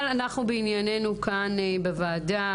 לענייננו כאן בוועדה.